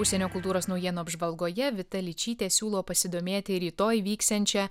užsienio kultūros naujienų apžvalgoje vita ličytė siūlo pasidomėti ir rytoj vyksiančia